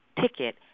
ticket